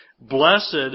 Blessed